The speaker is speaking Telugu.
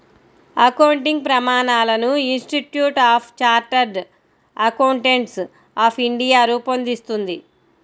అకౌంటింగ్ ప్రమాణాలను institute of chartered accountants of India రూపొందిస్తుంది